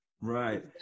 Right